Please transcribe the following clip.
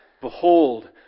behold